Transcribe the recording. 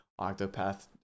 Octopath